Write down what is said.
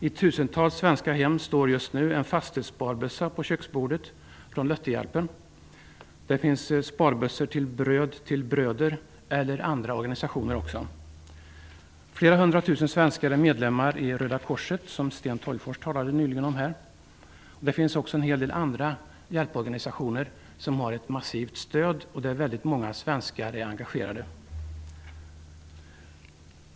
I tusentals svenska hem står det en fastesparbössa på köksbordet från Lutherhjälpen, Bröd till bröder, eller någon annan organisation. Flera hundra tusen svenskar är medlemmar i Röda korset, som Sten Tolgfors nyligen talade om, och i andra hjälporganisationer som har ett massivt stöd och där många svenskar är engagerade.